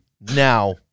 now